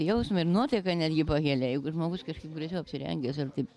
jausmą ir nuotaiką netgi pakelia jeigu žmogus kažkaip gražiau apsirengęs ar taip